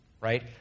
right